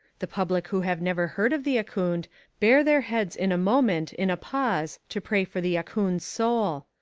the public who have never heard of the ahkoond bare their heads in a moment in a pause to pray for the ahkoond's soul.